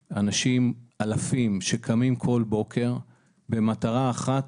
אלפים שקמים כל בוקר במטרה אחת,